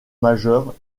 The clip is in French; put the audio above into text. majeures